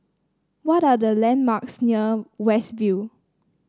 what are the landmarks near West View